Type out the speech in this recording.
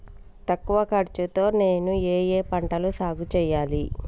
తక్కువ ఖర్చు తో నేను ఏ ఏ పంటలు సాగుచేయాలి?